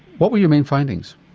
what were your main findings?